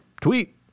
Tweet